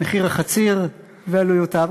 מחיר החציר ועלויותיו,